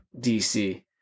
DC